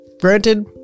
granted